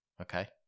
Okay